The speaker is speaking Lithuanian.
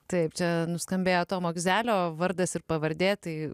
taip čia nuskambėjo tomo gizelio vardas ir pavardė tai